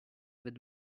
with